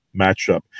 matchup